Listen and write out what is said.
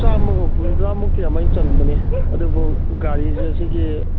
ꯆꯥꯝꯃꯒ ꯍꯨꯝꯗ꯭ꯔꯥꯃꯨꯛꯇꯤ ꯑꯃꯥꯏ ꯆꯟꯕꯅꯤ ꯑꯗꯨꯕꯨ ꯒꯥꯔꯤꯗ ꯁꯤꯒꯤ